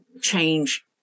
change